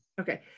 okay